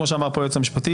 כמו שאמר פה היועץ המשפטי,